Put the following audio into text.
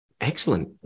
excellent